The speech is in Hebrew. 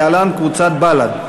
להלן: קבוצת סיעת בל"ד.